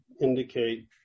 indicate